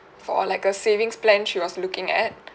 for like a savings plan she was looking at